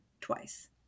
twice